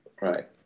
Right